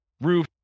roof